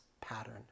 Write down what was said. pattern